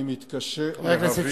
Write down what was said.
אני מתקשה להבין לאן בדיוק אנחנו הולכים.